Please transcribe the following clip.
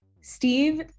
Steve